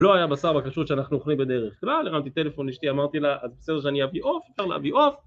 לא היה בשר בכשרות שאנחנו אוכלים בדרך. אתה יודע, לרמתי טלפון לאשתי, אמרתי לה, בסדר שאני אביא עוף, אפשר להביא עוף.